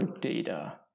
data